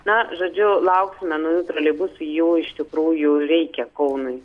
na žodžiu lauksime naujų troleibusų jų iš tikrųjų reikia kaunui